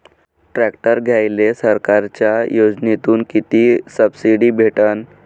Tractor घ्यायले सरकारच्या योजनेतून किती सबसिडी भेटन?